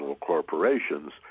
corporations